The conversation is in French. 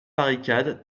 barricade